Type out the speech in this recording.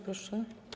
Proszę.